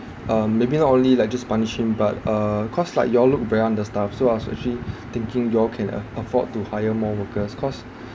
um maybe not only like just punish him but uh cause like you all look very understaff so I was actually thinking you all can afford to hire more workers cause